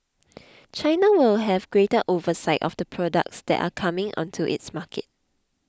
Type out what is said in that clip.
China will have greater oversight of the products that are coming onto its market